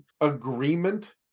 agreement